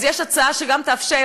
אז יש הצעה שגם תאפשר,